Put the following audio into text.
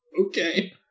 Okay